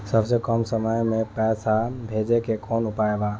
सबसे कम समय मे पैसा भेजे के कौन उपाय बा?